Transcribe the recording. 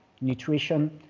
nutrition